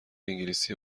انگلیسی